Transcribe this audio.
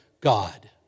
God